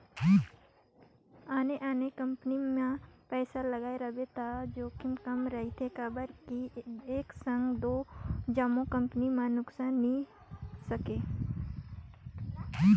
आने आने कंपनी मे पइसा लगाए रहिबे त जोखिम कम रिथे काबर कि एक संघे दो जम्मो कंपनी में नुकसानी नी सके